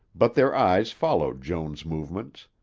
but their eyes followed joan's movements.